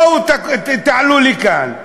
בואו תעלו לכאן,